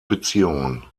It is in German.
beziehungen